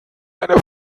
eine